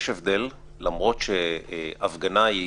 למרות שהפגנה היא